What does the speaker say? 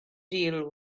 deal